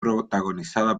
protagonizada